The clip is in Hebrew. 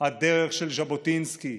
הדרך של ז'בוטינסקי,